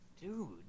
Dude